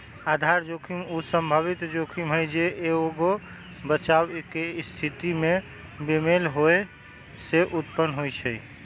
आधार जोखिम उ संभावित जोखिम हइ जे एगो बचाव के स्थिति में बेमेल होय से उत्पन्न होइ छइ